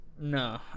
No